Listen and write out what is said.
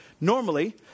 normally